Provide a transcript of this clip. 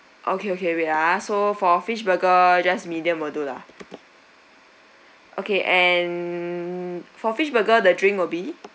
okay okay wait ah so for fish burger just medium will do lah okay and for fish burger the drink will be